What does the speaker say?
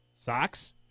socks